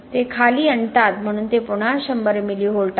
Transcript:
ते खाली आणतात म्हणून ते पुन्हा 100 मिली व्होल्ट आहे